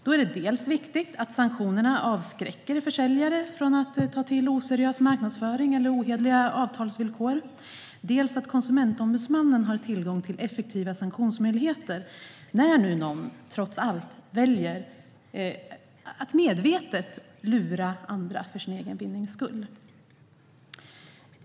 Då är det viktigt dels att sanktionerna avskräcker försäljare från att ta till oseriös marknadsföring eller ohederliga avtalsvillkor, dels att Konsumentombudsmannen har tillgång till effektiva sanktionsmöjligheter när någon trots allt väljer att medvetet lura andra för sin egen vinnings skull.